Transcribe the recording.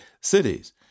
cities